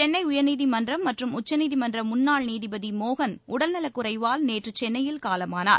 சென்னை உயர்நீதிமன்றம் மற்றும் உச்சநீதிமன்ற முன்னாள் நீதிபதி மோகன் உடல் நலக்குறைவால் நேற்று சென்னையில் காலமானார்